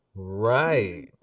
Right